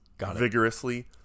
vigorously